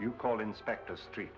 you call inspect the street